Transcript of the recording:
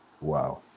Wow